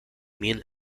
mean